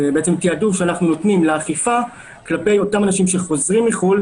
תעדוף שאנחנו נותנים לאכיפה כלפי אותם אנשים שחוזרים מחו"ל